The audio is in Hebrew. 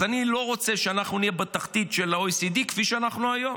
אז אני לא רוצה שאנחנו נהיה בתחתית של ה-OECD כפי שאנחנו היום.